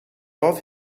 off